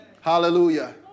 Hallelujah